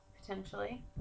potentially